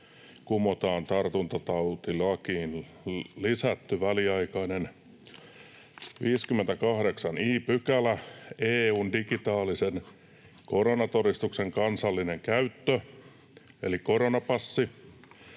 kumotaan tartuntatautilakiin lisätty väliaikainen 58 i § ”EU:n digitaalisen koronatodistuksen kansallinen käyttö”, eli koronapassi,